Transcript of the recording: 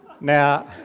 Now